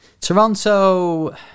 Toronto